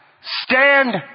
stand